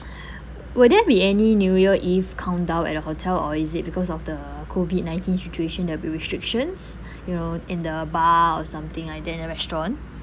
would there be any new year eve countdown at the hotel or is it because of the COVID nineteen situation there'll be restrictions you know in the bar or something like that in the restaurant